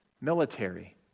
military